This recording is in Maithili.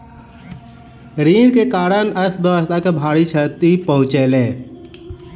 ऋण के कारण राष्ट्रक अर्थव्यवस्था के भारी क्षति पहुँचलै